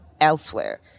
elsewhere